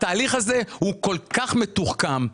התהליך הזה הוא כל כך מתוחכם,